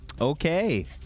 Okay